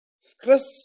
stress